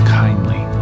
kindly